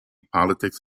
politics